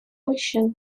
мужчин